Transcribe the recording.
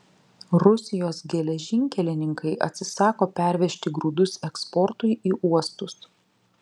rusijos geležinkelininkai atsisako pervežti grūdus eksportui į uostus